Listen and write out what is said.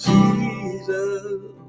Jesus